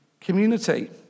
community